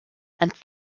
and